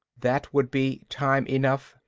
that would be time enough,